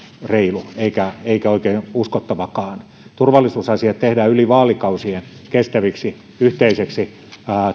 reilu eikä oikein uskottavakaan turvallisuusasiat tehdään yli vaalikausien kestäväksi yhteiseksi